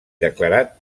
declarat